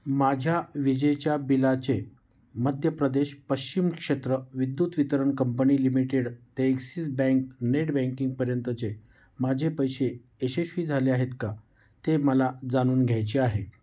माझ्या विजेच्या बिलाचे मध्य प्रदेश पश्चिम क्षेत्र विद्युत वितरण कंपनी लिमिटेड ते एक्सिस बँक नेट बँकिंगपर्यंतचे माझे पैसे यशस्वी झाले आहेत का ते मला जाणून घ्यायचे आहे